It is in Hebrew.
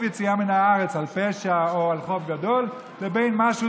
יציאה מן הארץ על פשע או על חוב גדול לבין משהו